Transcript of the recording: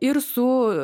ir su